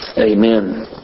Amen